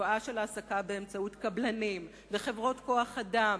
התופעה של העסקה באמצעות קבלנים וחברות כוח-אדם